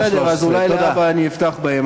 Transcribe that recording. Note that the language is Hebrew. בסדר, אז אולי להבא אפתח בהם.